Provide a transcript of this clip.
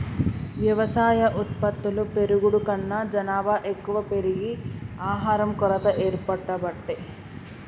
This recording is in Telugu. వ్యవసాయ ఉత్పత్తులు పెరుగుడు కన్నా జనాభా ఎక్కువ పెరిగి ఆహారం కొరత ఏర్పడబట్టే